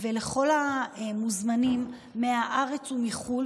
ולכל המוזמנים מהארץ ומחו"ל,